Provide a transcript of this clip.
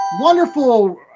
wonderful